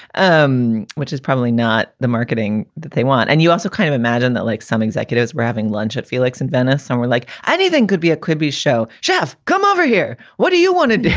um which is probably not the marketing that they want. and you also kind of imagine that like some executives were having lunch at felix and venice and we're like anything could be a could be show chef come over here. what do you want to do?